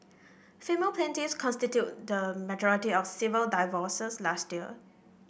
female plaintiffs constituted the majority of civil divorces last year